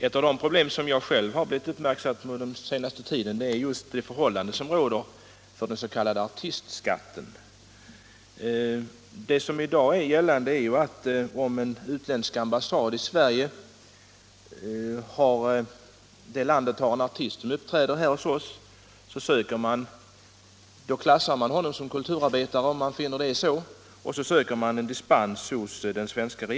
Ett av de problem som jag själv har blivit uppmärksammad på under den senaste tiden är de förhållanden som råder beträffande den s.k. artistskatten. I dag gäller att beslut, huruvida en utländsk artist som uppträder i Sverige skall klassas som kulturarbetare eller inte, fattas av vederbörande hemlands ambassad i Sverige. Om han anses vara kulturarbetare söker ambassaden hos den svenska regeringen dispens från artistskatt.